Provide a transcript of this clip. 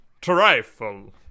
trifle